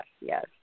yes